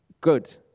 good